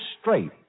straight